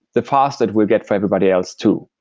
the faster it will get for everybody else too.